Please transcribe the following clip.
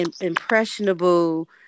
impressionable